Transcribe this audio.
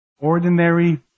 Ordinary